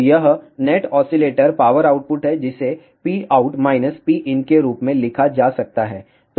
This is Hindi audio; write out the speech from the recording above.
तो यह नेट ऑसीलेटर पावर आउटपुट है जिसे Pout Pinके रूप में लिखा जा सकता है